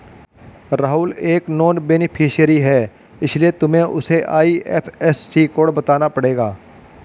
राहुल एक non beneficiary है इसीलिए तुम्हें उसे आई.एफ.एस.सी कोड बताना पड़ेगा